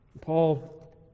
Paul